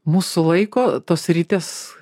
mus sulaiko tos ritės